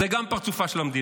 גם זה פרצופה של המדינה.